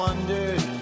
Wondered